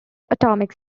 atomic